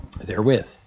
therewith